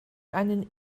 einen